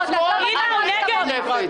ממשלת שמאל-ערבים.